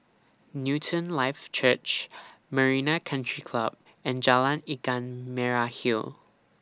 Newton Life Church Marina Country Club and Jalan Ikan Merah Hill